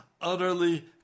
utterly